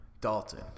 Dalton